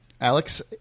Alex